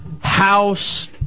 House